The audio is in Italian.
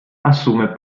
assume